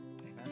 Amen